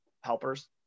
helpers